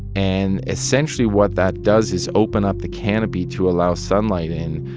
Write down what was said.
and essentially, what that does is open up the canopy to allow sunlight in,